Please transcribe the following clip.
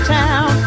town